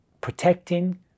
protecting